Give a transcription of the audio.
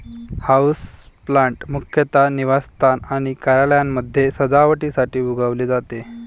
houseplant मुख्यतः निवासस्थान आणि कार्यालयांमध्ये सजावटीसाठी उगवले जाते